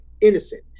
innocent